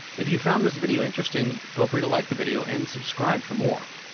if you found this video interesting, feel free to like the video and subscribe for more.